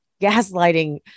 gaslighting